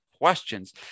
questions